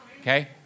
Okay